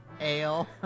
Ale